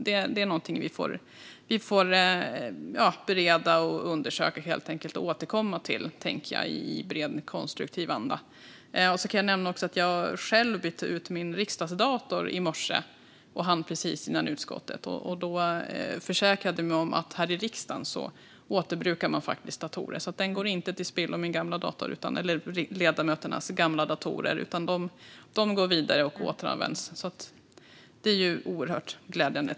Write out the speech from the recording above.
Detta är något vi får bereda, undersöka och återkomma till i bred, konstruktiv anda. Jag kan också nämna att jag själv bytte ut min riksdagsdator i morse, precis före utskottet. Jag försäkrade mig då om att man här i riksdagen faktiskt återbrukar datorer. Ledamöternas gamla datorer går alltså inte till spillo, utan de går vidare och återanvänds. Det är ju oerhört glädjande.